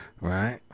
right